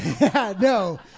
No